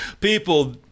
People